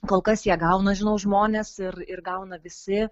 kol kas ją gauna žinau žmonės ir ir gauna visi